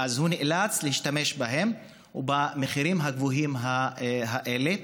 הוא נאלץ להשתמש בהן במחירים הגבוהים האלה.